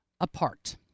apart